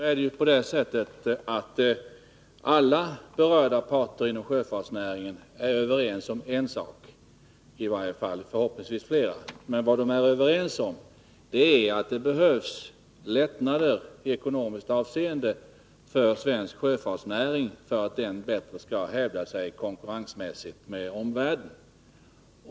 Fru talman! Alla berörda parter inom sjöfartsnäringen är överens om i varje fall en sak — förhoppningsvis fler —, nämligen att det behövs lättnader i ekonomiskt avseende för svensk sjöfartsnäring för att den bättre skall kunna hävda sig i konkurrensen med omvärlden.